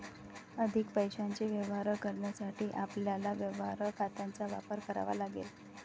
अधिक पैशाचे व्यवहार करण्यासाठी आपल्याला व्यवहार खात्यांचा वापर करावा लागेल